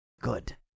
good